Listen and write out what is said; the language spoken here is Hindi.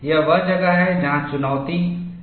यह वह जगह है जहाँ चुनौती निहित है